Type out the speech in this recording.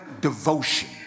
devotion